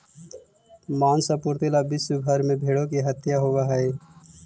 माँस आपूर्ति ला विश्व भर में भेंड़ों की हत्या होवअ हई